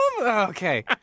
Okay